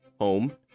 home